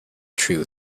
true